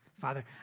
Father